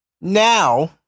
now